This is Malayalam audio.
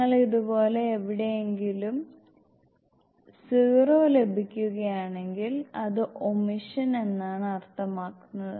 നിങ്ങൾക്ക് ഇതുപോലെ എവിടെയെങ്കിലും 0 ലഭിക്കുകയാണെങ്കിൽ അത് ഒമിഷൻ എന്നാണ് അർത്ഥമാക്കുന്നത്